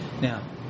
Now